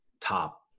top